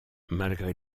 malgré